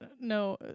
No